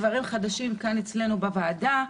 דברים חדשים כאן אצלנו, בוועדה.